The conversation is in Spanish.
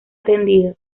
atendido